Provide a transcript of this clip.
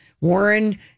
Warren